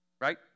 right